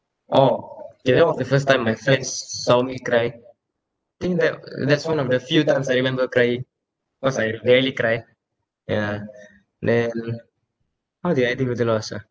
orh that day was the first time my friends saw me crying I think that that's one of the few times I remember crying cause I rarely cry yeah then how did I deal with the loss ah